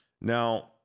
Now